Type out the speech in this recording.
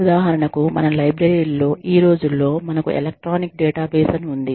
ఉదాహరణకు మన లైబ్రరీ లలో ఈ రోజుల్లో మనకు ఎలక్ట్రానిక్ డేటాబేస్ అని ఉంది